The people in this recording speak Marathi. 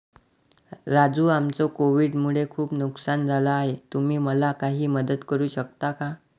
राजू आमचं कोविड मुळे खूप नुकसान झालं आहे तुम्ही मला काही मदत करू शकता का?